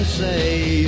say